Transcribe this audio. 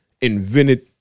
invented